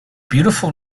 beautiful